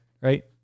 Right